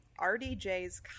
RDJ's